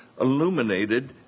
illuminated